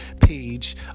page